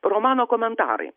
romano komentarai